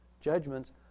judgments